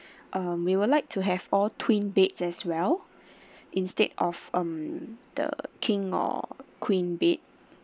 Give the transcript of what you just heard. uh we would like to have all twin beds as well instead of um the king or queen bed